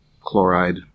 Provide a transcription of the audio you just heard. chloride